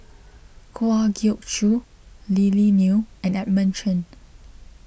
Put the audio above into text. Kwa Geok Choo Lily Neo and Edmund Chen